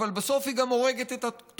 אבל בסוף היא הורגת גם את התוקפן.